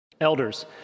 Elders